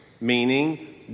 meaning